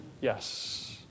yes